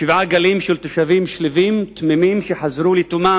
שבעה גלים של תושבים שלווים, תמימים, שחזרו לתומם